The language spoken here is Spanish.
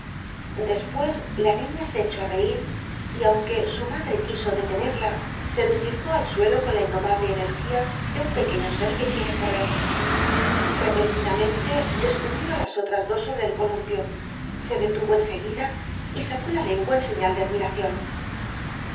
despues la niña se echó á reir y aunque su madre quiso detenerla se deslizó al suelo con la indomable energía de un pequeño ser que quiere correr repentinamente descubrió á las otras dos sobre el columpio se detuvo en seguida y sacó la lengua en señal de admiracion